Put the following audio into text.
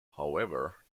however